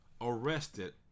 arrested